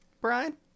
Brian